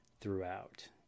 throughout